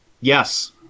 Yes